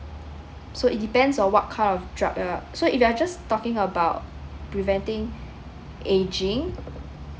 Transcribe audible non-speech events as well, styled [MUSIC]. so it depends on what kind of drug uh so if we're just talking about preventing [BREATH] aging